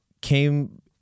came